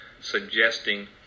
suggesting